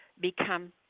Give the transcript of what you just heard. become